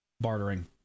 bartering